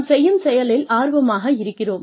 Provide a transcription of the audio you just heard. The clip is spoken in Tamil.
நாம் செய்யும் செயலில் ஆர்வமாக இருக்கிறோம்